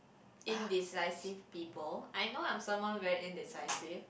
indecisive people I know I'm someone very indecisive